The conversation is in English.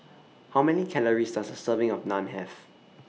How Many Calories Does A Serving of Naan Have